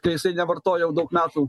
kai jisai nevartoja jau daug metų